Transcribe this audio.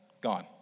gone